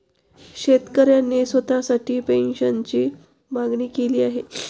शेतकऱ्याने स्वतःसाठी पेन्शनची मागणी केली आहे